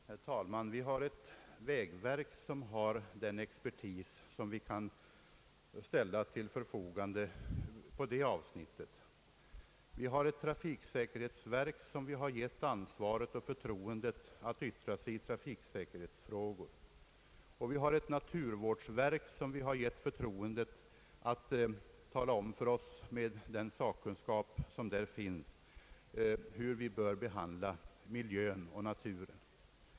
Herr talman! Vi har ett vägverk med all den expertis som kan ställas till förfogande på detta område, vi har också ett trafiksäkerhetsverk som har fått ansvaret och förtroendet att yttra sig i trafiksäkerhetsfrågor, och vi har slutligen ett naturvårdsverk som fått förtroendet att tala om för oss, med den sakkunskap som där finns, hur vi bör behandla miljön och naturen.